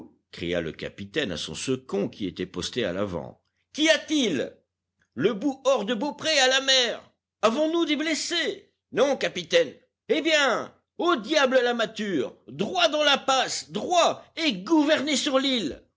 cria le capitaine à son second qui était posté à l'avant qu'y a-t-il le bout hors de beaupré à la mer avons-nous des blessés non capitaine eh bien au diable la mâture droit dans la passe droit et gouvernez sur